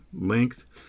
length